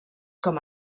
com